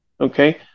Okay